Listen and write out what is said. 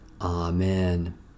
Amen